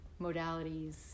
modalities